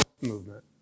Movement